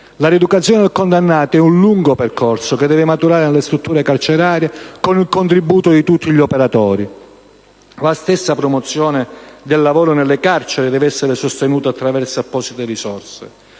La rieducazione del condannato è un lungo percorso, che deve maturare nelle strutture carcerarie con il contributo di tutti gli operatori. La stessa promozione del lavoro nelle carceri deve essere sostenuta attraverso apposite risorse.